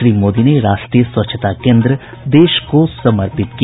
श्री मोदी ने राष्ट्रीय स्वच्छता केन्द्र देश को समर्पित किया